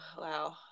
wow